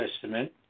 Testament